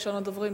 ראשון הדוברים,